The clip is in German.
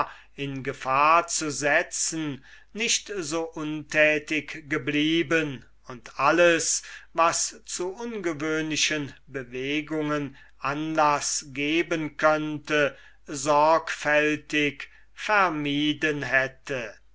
in gefahr zu setzen nicht so untätig geblieben und alles was zu ungewöhnlichen bewegungen hätte anlaß geben können sorgfältig vermieden hätte